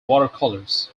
watercolors